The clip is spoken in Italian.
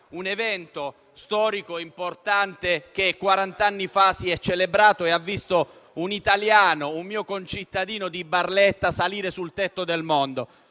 un evento storico importante che quarant'anni fa si è celebrato e ha visto un italiano, un mio concittadino di Barletta, salire sul tetto del mondo.